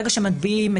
ברגע שמטביעים,